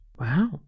Wow